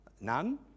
None